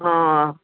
हा